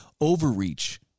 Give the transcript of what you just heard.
overreach